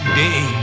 day